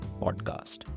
Podcast